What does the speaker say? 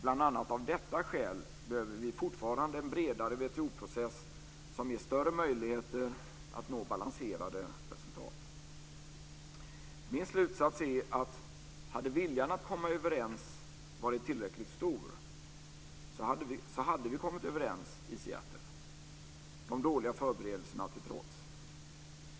Bl.a. av detta skäl behöver vi fortfarande en bredare WTO process som ger större möjligheter att nå balanserade resultat. Min slutsats är att hade viljan att komma överens varit tillräckligt stor hade vi kommit överens i Seattle, de dåliga förberedelserna till trots.